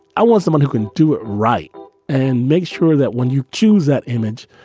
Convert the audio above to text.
i was the one who can do it right and make sure that when you choose that image,